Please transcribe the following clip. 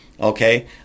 okay